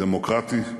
דמוקרטי,